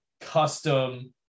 custom